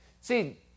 See